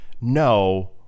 no